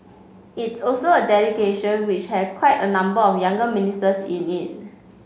it's also a delegation which has quite a number of younger ministers in it